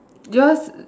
yours